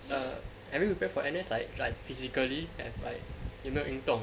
err have you prepared for N_S like like physically and like you know 运动